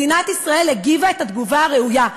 מדינת ישראל הגיבה את התגובה הראויה.